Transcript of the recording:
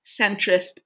centrist